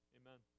amen